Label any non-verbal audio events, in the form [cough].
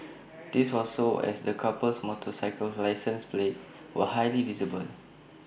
[noise] this was so as the couple's motorcycle license plates were highly visible